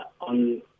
on